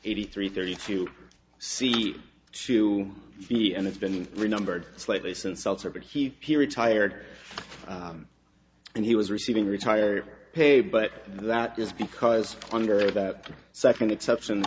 eighty three thirty two seat she to be and it's been renumbered slightly since seltzer but he he retired and he was receiving retired pay but that is because under that second exception